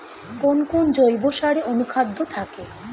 কোন কোন জৈব সারে অনুখাদ্য থাকে?